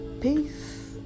Peace